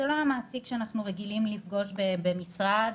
זה לא המעסיק שאנחנו רגילים לפגוש במשרד,